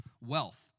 wealth